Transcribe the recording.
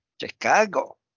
Chicago